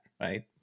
right